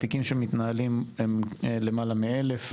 התיקים שמתנהלים הם למעלה מ-1,000.